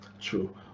True